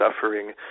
suffering